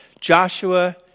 Joshua